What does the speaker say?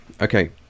okay